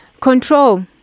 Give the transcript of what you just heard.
control